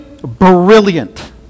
Brilliant